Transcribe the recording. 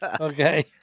Okay